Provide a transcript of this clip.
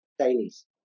Chinese